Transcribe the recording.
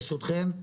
ברשותכם.